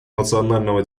национального